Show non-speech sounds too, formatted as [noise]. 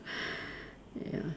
[breath] ya